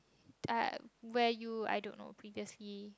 I where you I don't know previously